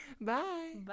Bye